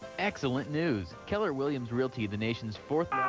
excellent news! keller williams realty, the nation's fourth